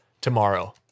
tomorrow